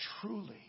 Truly